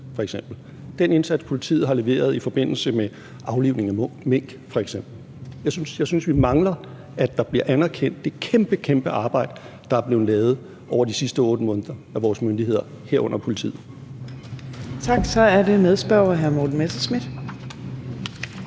den indsats, politiet har leveret i forbindelse med aflivningen af mink. Jeg synes, vi mangler, at det kæmpe, kæmpe arbejde, der er blevet lavet over de sidste 8 måneder af vores myndigheder, herunder politiet, bliver anerkendt. Kl. 15:11 Fjerde